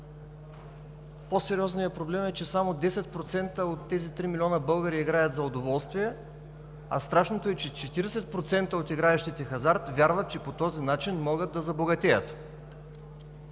По-сериозният проблем е, че само 10% от тези три милиона българи играят за удоволствие, а страшното е, че 40% от играещите хазарт вярват, че по този начин могат да забогатеят.